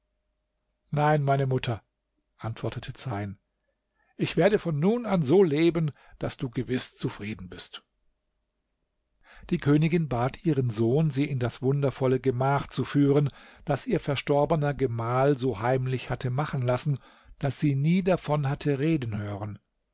nein meine mutter antwortete zeyn ich werde von nun an so leben daß du gewiß zufrieden bist die königin bat ihren sohn sie in das wundervolle gemach zu führen das ihr verstorbener gemahl so heimlich hatte machen lassen daß sie nie davon hatte reden hören